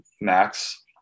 max